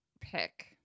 pick